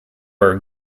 are